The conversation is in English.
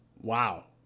wow